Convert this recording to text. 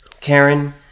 Karen